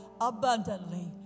abundantly